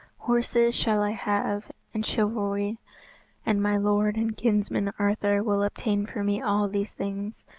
horses shall i have, and chivalry and my lord and kinsman arthur will obtain for me all these things.